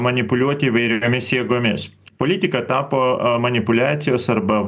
manipuliuoti įvairiomis jėgomis politika tapo manipuliacijos arba